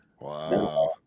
Wow